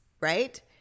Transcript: right